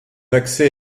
accès